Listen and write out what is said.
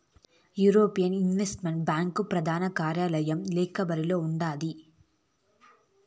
European investment bank ప్రదాన కార్యాలయం లక్సెంబర్గులో ఉండాది